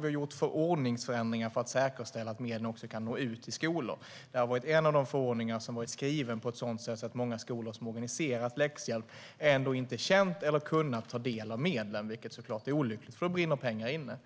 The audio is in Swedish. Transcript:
Vi har gjort förordningsförändringar för att säkerställa att medlen också kan nå ut till skolor. Det har varit en av förordningarna som har varit skriven på ett sådant sätt att många skolor som organiserat läxhjälp ändå inte känt att de kunnat ta del av medlen, vilket såklart är olyckligt, eftersom pengar brinner inne.